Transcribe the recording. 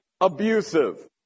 abusive